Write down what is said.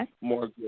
more